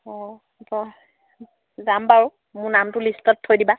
অঁ হ'ব যাম বাৰু মোৰ নামটো লিষ্টত থৈ দিবা